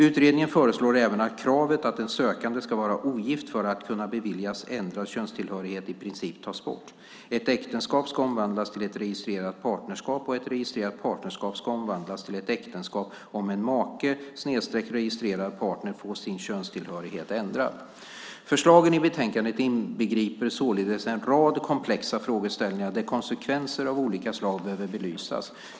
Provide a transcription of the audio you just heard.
Utredningen föreslår även att kravet att en sökande ska vara ogift för att kunna beviljas ändrad könstillhörighet i princip tas bort. Ett äktenskap ska omvandlas till ett registrerat partnerskap och ett registrerat partnerskap ska omvandlas till ett äktenskap om en make/registrerad partner får sin könstillhörighet ändrad. Förslagen i betänkandet inbegriper således en rad komplexa frågeställningar där konsekvenser av olika slag behöver belysas.